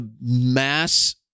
mass